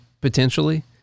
potentially